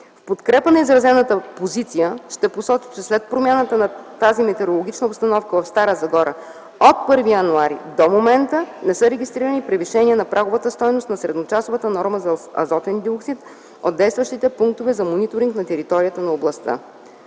В подкрепа на изразената позиция ще посоча, че след промяната на тази метеорологична обстановка в Стара Загора от 1 януари т.г. до момента не са регистрирани превишения на праговата стойност на средночасовата норма за азотен диоксид от действащите пунктове за мониторинг на територията на областта.